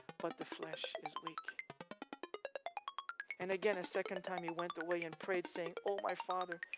but the flesh is weak and again, a second time, he went away and prayed, saying, oh my father,